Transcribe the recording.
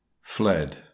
FLED